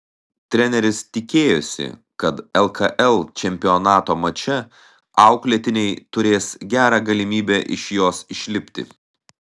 treneris tikėjosi kad lkl čempionato mače auklėtiniai turės gerą galimybę iš jos išlipti